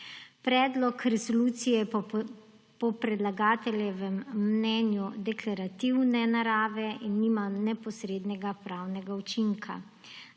Predlog resolucije je po predlagateljevem mnenju deklarativne narave in nima neposrednega pravnega učinka.